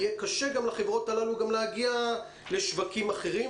יהיה קשה לחברות הללו להגיע גם לשווקים אחרים,